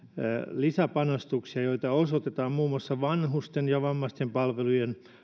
lisäpanostuksia joita osoitetaan muun muassa vanhusten ja vammaisten palvelujen